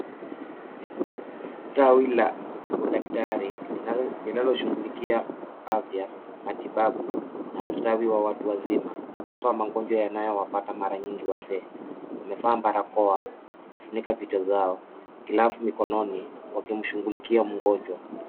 Tawi la udaktari linaloshughulikia afya, matibabu na ustawi wa watu wazima haswa magonjwa yanayowapata mara nyingi wazee. Wamevaa barakoa kufunika vichwa zao, glovu mikononi wakimshughulikia mgonjwa.